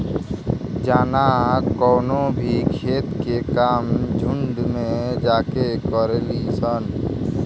जाना कवनो भी खेत के काम झुंड में जाके करेली सन